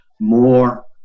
more